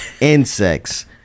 insects